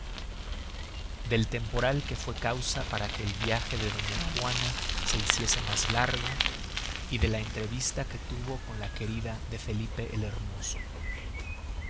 del mal temporal que fue causa para que el viage de doña juana se hiciese mas largo y de la entrevista que tuvo con la querida de felipe el hermoso